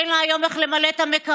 אין לה היום איך למלא את המקרר,